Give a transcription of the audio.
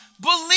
believe